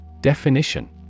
Definition